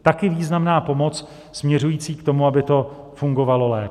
Taky významná pomoc směřující k tomu, aby to fungovalo lépe.